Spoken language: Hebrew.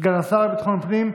סגן השר לביטחון הפנים,